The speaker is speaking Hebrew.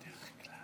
כבוד ראש הממשלה